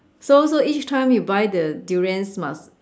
so so each time you buy the durians must